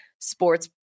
sports